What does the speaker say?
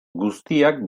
guztiak